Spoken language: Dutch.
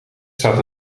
staat